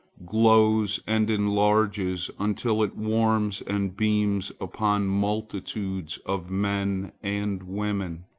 glows and enlarges until it warms and beams upon multitudes of men and women,